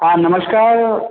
हां नमस्कार